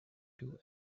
two